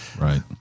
Right